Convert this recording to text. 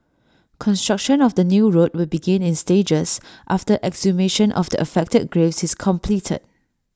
construction of the new road will begin in stages after exhumation of the affected graves is completed